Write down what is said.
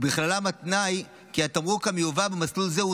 ובכללם התנאי כי התמרוק המיובא במסלול זה הוא